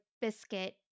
Biscuit